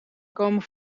komen